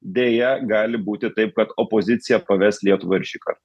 deja gali būti taip kad opozicija paves lietuvą ir šįkar